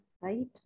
Right